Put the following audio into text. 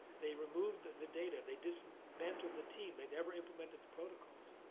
they removed the data. they dismantled the team. they never implemented the protocols.